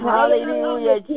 Hallelujah